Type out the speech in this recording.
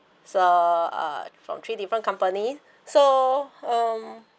so uh from three different company so um